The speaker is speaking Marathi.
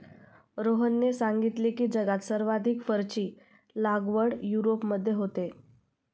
रोहनने सांगितले की, जगात सर्वाधिक फरची लागवड युरोपमध्ये होते